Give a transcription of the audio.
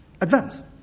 advance